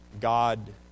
God